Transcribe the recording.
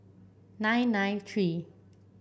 nine nine three